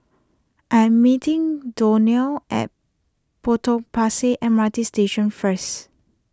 I am meeting Donell at Potong Pasir M R T Station first